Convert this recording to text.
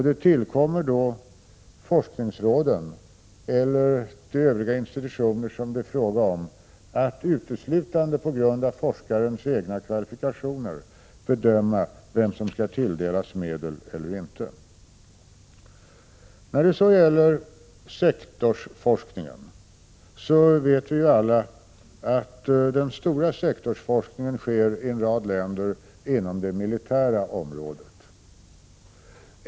Det tillkommer då forskningsråden eller de övriga institutioner det är fråga om att enbart utifrån forskarnas egna kvalifikationer bedöma vilka som skall tilldelas medel eller inte. När det gäller den stora sektorsforskningen vet vi alla att den i en rad länder bedrivs inom det militära området.